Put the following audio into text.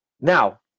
Now